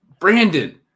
Brandon